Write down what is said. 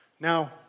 Now